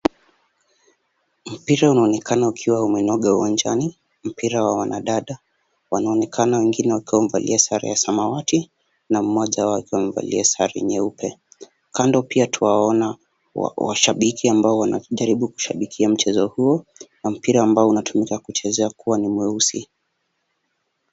Mpira unaonekana ukiwa umenoga uwanjani. Mpira wa wanadada. Wanaonekana wengine wakiwa wamevalia sare ya samawati na mmoja wao akiwa amevalia sare nyeupe. Kando pia twaona washabiki ambao wanajaribu kushabikia mchezo huo na mpira ambao unatumika kucheza kuwa ni mweusi.